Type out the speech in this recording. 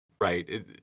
Right